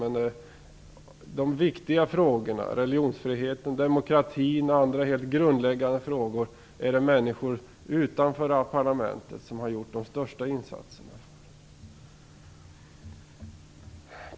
Det är människor utanför parlamentet som har gjort de största insatserna i de viktiga och grundläggande frågorna, som religionsfriheten, demokratin osv.